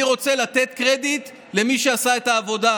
אני רוצה לתת קרדיט למי שעשה את העבודה,